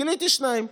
גיליתי שניים,